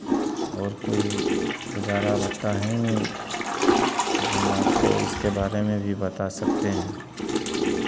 और कोई गुज़ारा भत्ता है ही नहीं जो हम आपको इसके बारे में भी बता सकते हैं